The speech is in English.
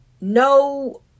No